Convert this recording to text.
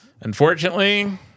unfortunately